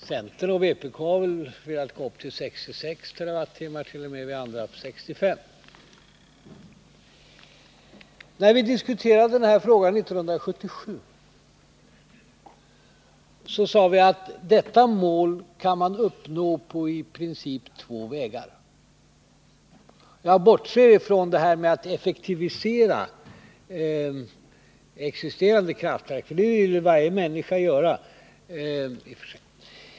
Centern och vpk har velat gå upp till 66 TWh, medan vi andra har stannat vid 65. När vi diskuterade den här frågan 1977 sade vi: Detta mål kan man uppnå på i princip två vägar. Jag bortser från detta med att effektivisera existerande kraftverk, för det vill väl varje människa göra.